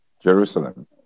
Jerusalem